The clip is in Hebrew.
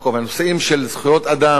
הנושאים של זכויות אדם,